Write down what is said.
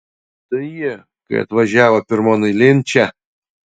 tai jie kai atvažiavo pirmon eilėn čia